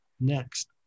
next